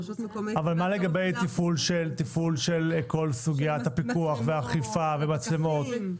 אבל מה לגבי תפעול של כל סוגיית הפיקוח והאכיפה והמצלמות?